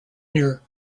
near